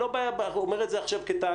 לא בא ואומר את זה עכשיו כטענה.